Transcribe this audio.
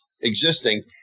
existing